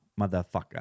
motherfucker